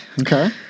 okay